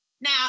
Now